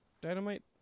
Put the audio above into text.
Dynamite